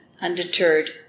undeterred